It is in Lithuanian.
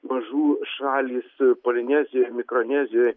mažų šalys polinezijoj mikronezijoj